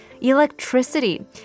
electricity